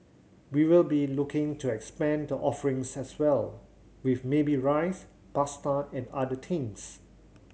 we will be looking to expand the offerings as well with maybe rice pasta and other things